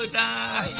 ah da